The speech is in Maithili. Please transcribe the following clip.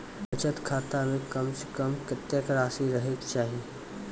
बचत खाता म कम से कम कत्तेक रासि रहे के चाहि?